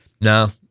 No